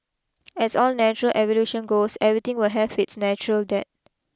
as all natural evolution goes everything will have its natural death